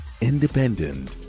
independent